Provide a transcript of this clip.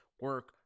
Work